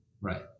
Right